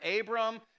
Abram